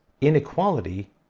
inequality